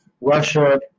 Russia